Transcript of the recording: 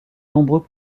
nombreux